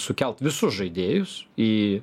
sukelt visus žaidėjus į